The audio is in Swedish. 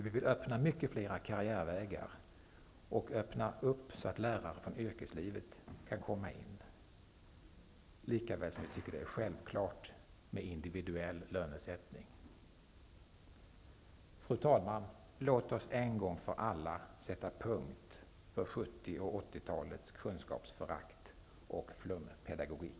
Vi vill öppna fler karriärvägar i syfte att möjliggöra för andra i det övriga yrkeslivet att komma till skolan, lika väl som vi vill att individuell lönesättning skall vara en självklarhet. Fru talman! Låt oss en gång för alla sätta punkt för 70 och 80-talets kunskapsförakt och flumpedagogik.